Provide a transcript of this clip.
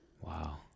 Wow